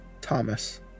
Thomas